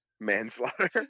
manslaughter